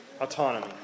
autonomy